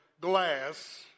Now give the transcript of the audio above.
glass